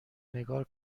نگار